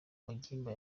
mugimba